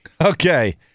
Okay